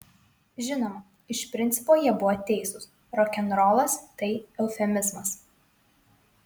žinoma iš principo jie buvo teisūs rokenrolas tai eufemizmas